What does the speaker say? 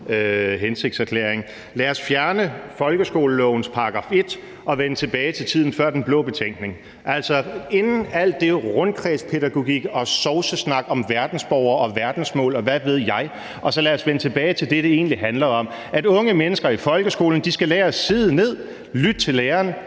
hensigtserklæring. Lad os fjerne folkeskolelovens § 1 og vende tilbage til tiden før den blå betænkning, altså inden der var alt den rundkredspædagogik og sovsesnak om verdensborgere og verdensmål, og hvad ved jeg, og lad os vende tilbage til det, det egentlig handler om, nemlig at unge mennesker i folkeskolen skal lære at sidde ned, at lytte til læreren,